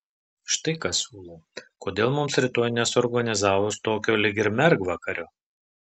štai ką siūlau kodėl mums rytoj nesuorganizavus tokio lyg ir mergvakario